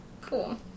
Cool